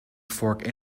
fork